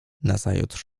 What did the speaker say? nazajutrz